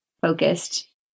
focused